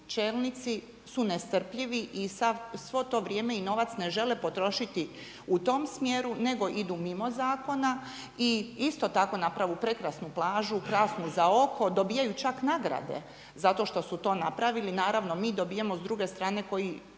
čelnici su nestrpljivi i svo to vrijeme i novac ne žele potrošiti u tom smjeru nego idu mimo zakona i isto tako napravu prekrasnu plažu, krasnu za oko. Dobijaju čak nagrade zato što su to napravili. Naravno mi dobijamo s druge strane koji